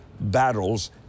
battles